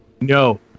No